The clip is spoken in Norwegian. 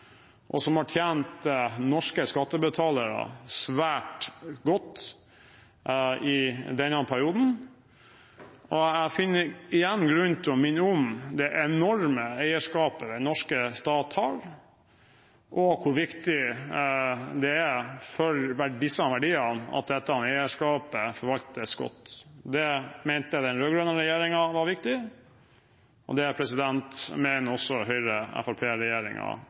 og som har tjent norske skattebetalere svært godt i denne perioden. Og jeg finner igjen grunn til å minne om det enorme eierskapet den norske stat har, og hvor viktig det er for disse verdiene at dette eierskapet forvaltes godt. Det mente den rød-grønne regjeringen var viktig, og det mener også